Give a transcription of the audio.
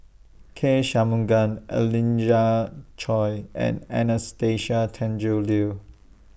K Shanmugam Angelina Choy and Anastasia Tjendri Liew